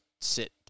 sit